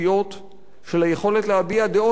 של היכולת להביע דעות מרגיזות,